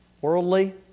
worldly